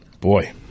Boy